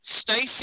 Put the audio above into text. Stacey